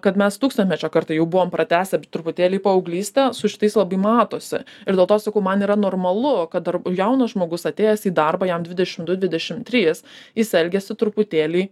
kad mes tūkstantmečio karta jau buvom pratęsę truputėlį paauglystę su šitais labai matosi ir dėl to sakau man yra normalu kad dar jaunas žmogus atėjęs į darbą jam dvidešim du dvidešim trys jis elgiasi truputėlį